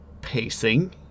pacing